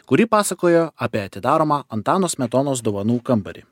kuri pasakojo apie atidaromą antano smetonos dovanų kambarį